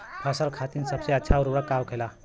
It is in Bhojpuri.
फसल खातीन सबसे अच्छा उर्वरक का होखेला?